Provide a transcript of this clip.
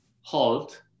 halt